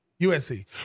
USC